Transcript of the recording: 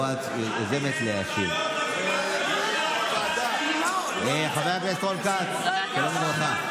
אל תיתן הנחיות, חבר הכנסת רון כץ, שלום וברכה.